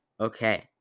okay